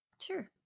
Sure